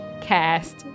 cast